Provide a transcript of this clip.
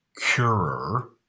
curer